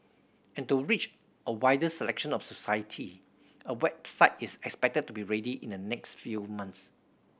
and to reach a wider selection of society a website is expected to be ready in the next few months